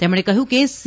તેમણે કહ્યું કે સી